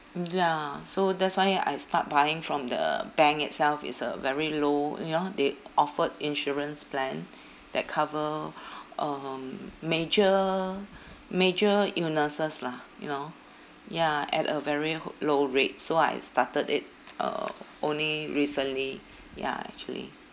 mm ya so that's why I start buying from the bank itself it's a very low you know they offered insurance plan that cover um major major illnesses lah you know ya at a very ho~ low rate so I started it uh only recently ya actually